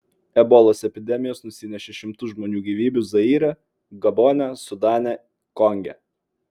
ebolos epidemijos nusinešė šimtus žmonių gyvybių zaire gabone sudane konge